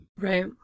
Right